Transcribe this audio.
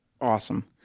awesome